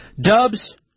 Dubs